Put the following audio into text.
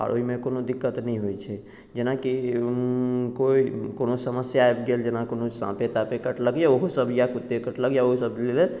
आओर ओहिमे कोनो दिक्कत नहि होइत छै जेनाकि कोइ कोनो समस्या आबि गेल जेना कोनो साँपे तापे कटलक या ओहो सभक या कुत्ते कटलक या ओहोसभ लेल